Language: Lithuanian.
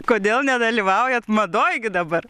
kodėl nedalyvaujat madoj gi dabar